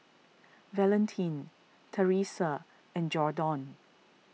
Valentin Teressa and Jordon